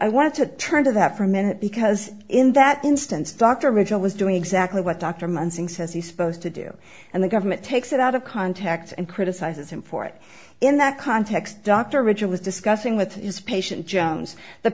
wanted to turn to that for a minute because in that instance dr mitchell was doing exactly what dr month singh says he's supposed to do and the government takes it out of context and criticizes him for it in that context dr richard was discussing with his patient jones the